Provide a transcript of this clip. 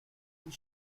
bee